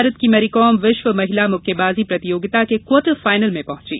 भारत की मैरीकॉम विश्व महिला मुक्केबाजी प्रतियोगिता के क्वार्टर फाइनल में पहुंची